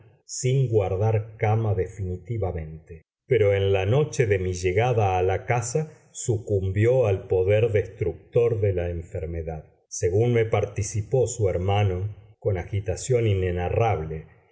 sin guardar cama definitivamente pero en la noche de mi llegada a la casa sucumbió al poder destructor de la enfermedad según me participó su hermano con agitación inenarrable y